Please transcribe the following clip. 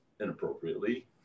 inappropriately